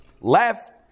Left